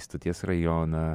stoties rajoną